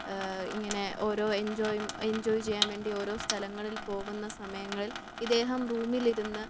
ഇങ്ങനെ ഓരോ എൻജോയും എൻജോയ് ചെയ്യാൻ വേണ്ടി ഓരോ സ്ഥലങ്ങളിൽ പോകുന്ന സമയങ്ങളിൽ ഇദ്ദേഹം റൂമിലിരുന്ന്